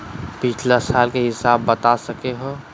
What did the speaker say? पिछला साल के हिसाब बता सको हो?